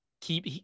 keep